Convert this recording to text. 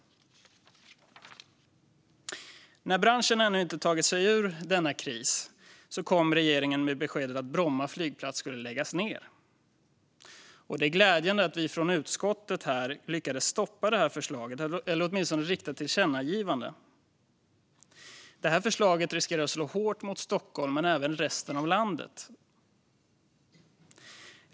När branschen ännu inte tagit sig ur denna kris kom regeringen med beskedet att Bromma flygplats ska läggas ned. Det är glädjande att vi från utskottet lyckades stoppa detta förslag, eller åtminstone rikta ett tillkännagivande till regeringen. Detta förslag riskerar att slå hårt mot Stockholm men även mot resten av landet.